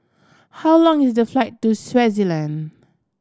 how long is the flight to Swaziland